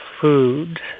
food